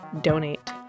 Donate